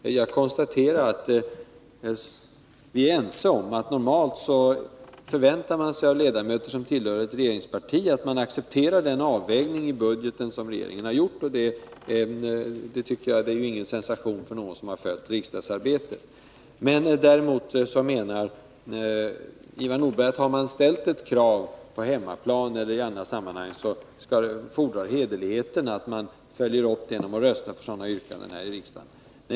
Jag kan konstatera att vi är ense om att man normalt förväntar sig att ledamöter som tillhör ett regeringsparti accepterar den avvägning av budgeten som regeringen har gjort. Det är ingen sensation för någon som har följt riksdagsarbetet. Har man ställt ett krav på hemmaplan eller i andra sammanhang, fordrar hederligheten, menar däremot Ivar Nordberg, att man följer upp det genom att rösta samma yrkande här i riksdagen.